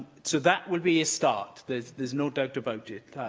so, that would be a start there's there's no doubt about it.